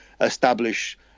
establish